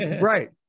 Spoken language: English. right